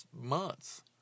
months